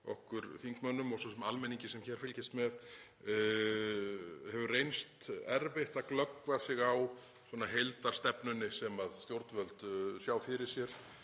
okkur þingmönnum, og svo sem almenningi sem fylgist með, hefur reynst erfitt að glöggva sig á heildarstefnunni sem stjórnvöld sjá fyrir sér.